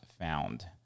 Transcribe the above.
found